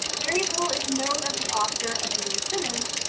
very little is known of the author amelia simmons,